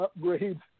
upgrades